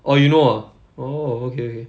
orh you know ah orh okay okay